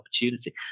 opportunity